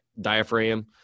diaphragm